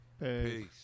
Peace